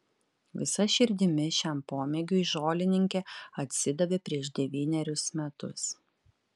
visa širdimi šiam pomėgiui žolininkė atsidavė prieš devynerius metus